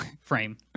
frame